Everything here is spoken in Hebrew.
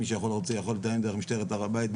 מי שרוצה יכול לתאם דרך משטרת הר הבית.